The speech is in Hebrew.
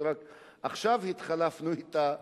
שרק עכשיו התחלפנו אתה,